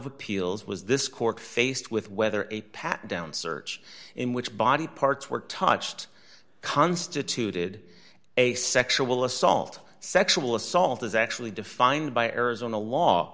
of appeals was this court faced with whether a pat down search in which body parts were touched constituted a sexual assault sexual assault is actually defined by arizona law